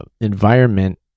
environment